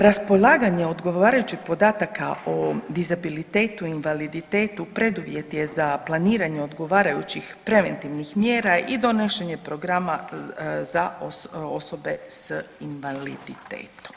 Raspolaganje odgovarajućih podataka o dizabiletetu invaliditetu preduvjet je za planiranje odgovarajućih preventivnih mjera i donošenje programa za osobe s invaliditetom.